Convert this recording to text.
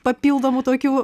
papildomų tokių